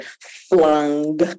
flung